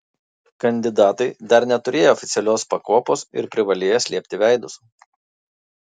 kandidatai dar neturėję oficialios pakopos ir privalėję slėpti veidus